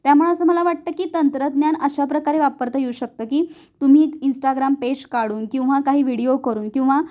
त्यामुळं असं मला वाटतं की तंत्रज्ञान अशाप्रकारे वापरता येऊ शकतं की तुम्ही इंस्टाग्राम पेज काढून किंवा काही व्हिडिओ करून किंवा